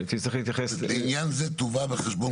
להתייחס --- לעניין זה תובא בחשבון